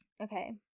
okay